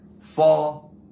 fall